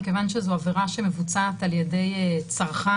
מכיוון שזו עבירה שמבוצעת על ידי צרכן,